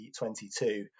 2022